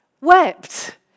wept